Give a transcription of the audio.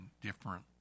different